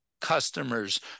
customers